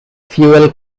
fuel